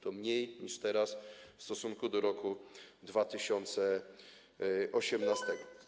To mniej niż teraz w stosunku do roku 2018.